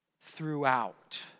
throughout